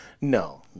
No